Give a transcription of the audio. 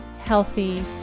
healthy